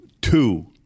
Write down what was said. Two